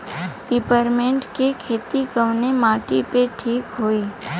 Peppermint के खेती कवने माटी पे ठीक होई?